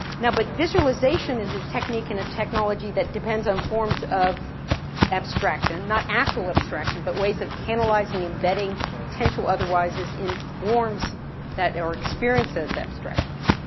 now, but visualization is a technique and a technology that depends on forms of abstraction. not actual abstraction, but ways of canalizing, embedding potential otherwise in forms that are experiences abstractions.